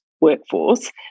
workforce